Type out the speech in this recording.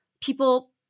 people